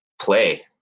play